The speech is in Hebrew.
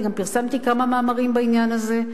אני גם פרסמתי כמה מאמרים בעניין הזה,